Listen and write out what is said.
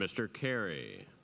mr kerry